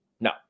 No